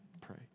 pray